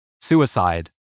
Suicide